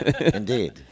Indeed